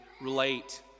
relate